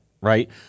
right